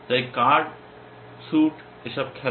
তাই card suit এসব খেলো